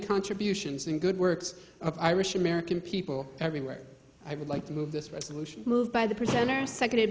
contributions and good works of irish american people everywhere i would like to move this resolution move by the presenter second